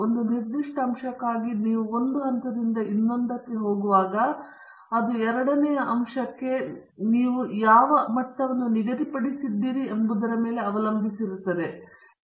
ಒಂದು ನಿರ್ದಿಷ್ಟ ಅಂಶಕ್ಕಾಗಿ ನೀವು ಒಂದು ಹಂತದಿಂದ ಇನ್ನೊಂದಕ್ಕೆ ಹೋಗುವಾಗ ಅದು ಎರಡನೆಯ ಅಂಶಕ್ಕೆ ನೀವು ಯಾವ ಮಟ್ಟವನ್ನು ನಿಗದಿಪಡಿಸಿದ್ದೀರಿ ಎಂಬುದನ್ನು ಅವಲಂಬಿಸಿರುತ್ತದೆ